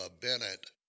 Bennett